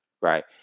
Right